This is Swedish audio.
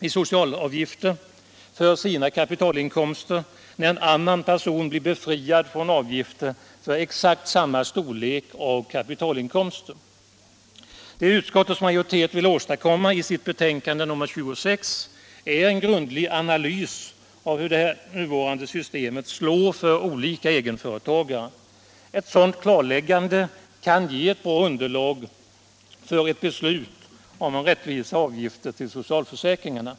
i socialavgifter för sina kapitalinkomster, medan en annan blir befriad från avgifter för kapitalinkomster av exakt samma storlek. Det utskottets majoritet vill åstadkomma i betänkandet nr 26 är en grundlig analys av hur det nuvarande systemet slår för olika egenföretagare. Ett sådant klarläggande kan ge ett bra underlag för ett beslut om rättvisare avgifter till socialförsäkringarna.